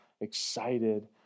Excited